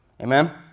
Amen